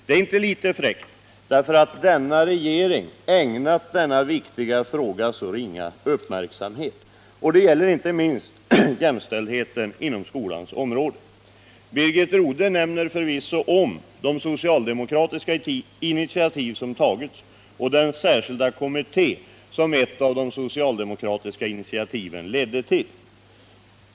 Det är inte lite fräckt, därför att denna regering ägnat denna viktiga fråga ringa uppmärksamhet. Och det gäller inte minst jämställdheten inom skolans område. Birgit Rodhe nämner förvisso de socialdemokratiska initiativ som tagits och den särskilda kommitté som ett av de socialdemokratiska initiativen ledde till.